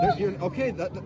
Okay